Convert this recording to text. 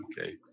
Okay